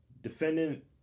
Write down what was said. defendant